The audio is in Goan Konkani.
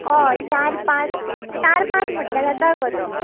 हय चार पांच चार पांच म्हटल्यार जाता गो तो